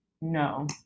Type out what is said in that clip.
No